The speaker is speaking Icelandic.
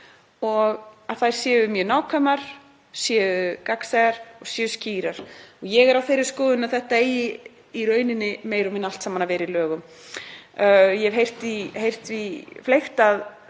og að þær séu mjög nákvæmar, séu gagnsæjar, séu skýrar. Ég er á þeirri skoðun að þetta eigi meira og minna allt saman að vera í lögum. Ég hef heyrt því fleygt að